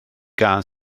gân